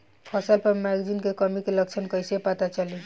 फसल पर मैगनीज के कमी के लक्षण कइसे पता चली?